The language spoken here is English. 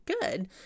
good